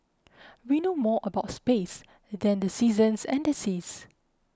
we know more about space than the seasons and the seas